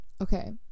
okay